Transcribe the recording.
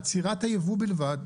עצירת היבוא בלבד,